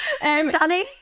Danny